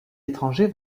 étranger